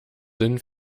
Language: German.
sinn